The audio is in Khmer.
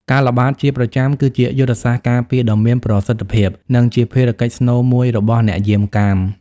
ការល្បាតជាប្រចាំគឺជាយុទ្ធសាស្ត្រការពារដ៏មានប្រសិទ្ធភាព និងជាភារកិច្ចស្នូលមួយរបស់អ្នកយាមកាម។